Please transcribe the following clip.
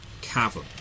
cavern